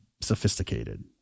sophisticated